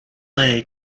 lay